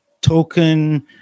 token